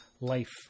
life